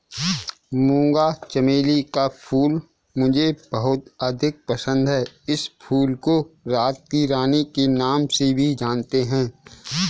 मूंगा चमेली का फूल मुझे बहुत अधिक पसंद है इस फूल को रात की रानी के नाम से भी जानते हैं